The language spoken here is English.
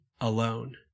alone